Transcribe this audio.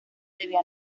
debían